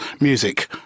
music